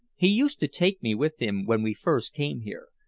he used to take me with him when we first came here,